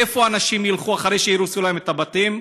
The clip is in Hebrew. לאן אנשים ילכו אחרי שיהרסו להם את הבתים?